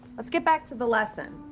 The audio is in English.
let's get back to the lesson.